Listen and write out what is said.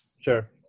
Sure